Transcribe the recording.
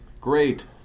great